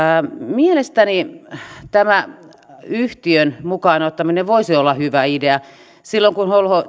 mielestäni tämä yhtiön mukaan ottaminen voisi olla hyvä idea silloin kun